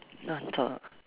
nak hantar